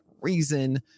reason